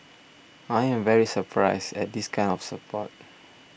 I am very surprised at this kind of support